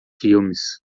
filmes